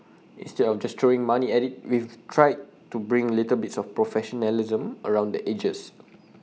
instead of just throwing money at IT we've tried to bring little bits of professionalism around the edges